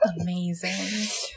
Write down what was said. Amazing